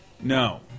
No